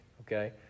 okay